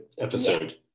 episode